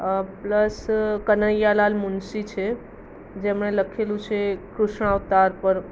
plus Kanaiyalal Munshi છે જેમણે લખેલું છે કૃષ્ણ અવતાર પર